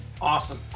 Awesome